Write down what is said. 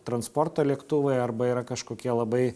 transporto lėktuvai arba yra kažkokie labai